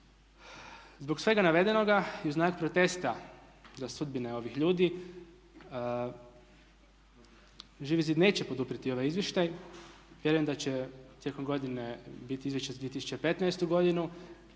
Zbog svega navedenoga i u znak protesta za sudbine ovih ljudi Živi zid neće poduprijeti ovaj izvještaj. Vjerujem da će tijekom godine biti izvješće za 2015. godinu